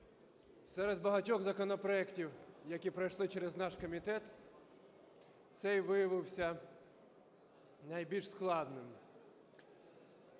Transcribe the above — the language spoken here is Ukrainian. Серед багатьох законопроектів, які пройшли через наш комітет, цей виявився найбільш складним.